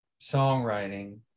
songwriting